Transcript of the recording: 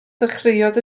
ddechreuodd